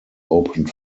opened